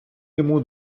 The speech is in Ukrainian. йому